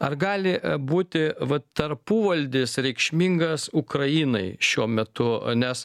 ar gali būti vat tarpuvaldis reikšmingas ukrainai šiuo metu nes